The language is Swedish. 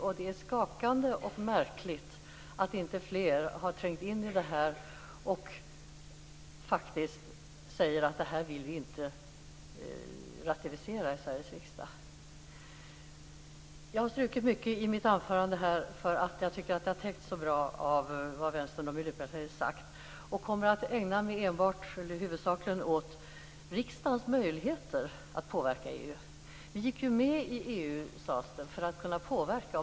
Det är skakande och märkligt att inte fler har trängt in i det här och att inte fler faktiskt säger: Det här vill vi inte ratificera i Sveriges riksdag. Jag har strukit mycket i mitt anförande, eftersom jag tycker att Vänsterpartiets och Miljöpartiets företrädare har tagit upp mycket av det som jag hade tänkt säga. Jag kommer i stället att i huvudsak ägna mig åt riksdagens möjligheter att påverka EU. Det sades ju att vi gick med i EU för att kunna påverka.